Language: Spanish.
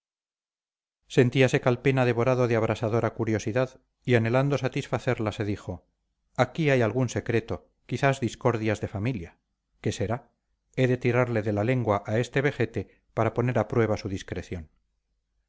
pecho sentíase calpena devorado de abrasadora curiosidad y anhelando satisfacerla se dijo aquí hay algún secreto quizás discordias de familia qué será he de tirarle de la lengua a este vejete para poner a prueba su discreción